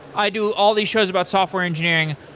i do all these shows about software engineering.